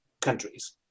countries